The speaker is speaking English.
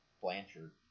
Blanchard